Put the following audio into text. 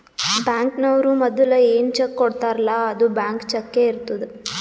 ಬ್ಯಾಂಕ್ನವ್ರು ಮದುಲ ಏನ್ ಚೆಕ್ ಕೊಡ್ತಾರ್ಲ್ಲಾ ಅದು ಬ್ಲ್ಯಾಂಕ್ ಚಕ್ಕೇ ಇರ್ತುದ್